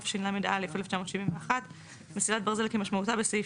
התשל"א-1971 מסילת ברזל כמשמעותה בסעיף